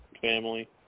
family